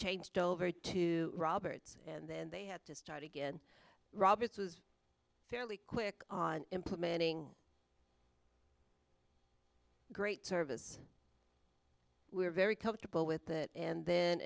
changed over to roberts and then they had to start again roberts was fairly quick on implementing great service we're very comfortable with that and then